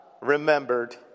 remembered